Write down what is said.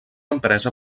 empresa